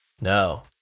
No